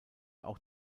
auch